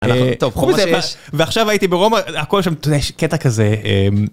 ועכשיו הייתי ברומא הכל יש שם קטע כזה.